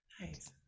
nice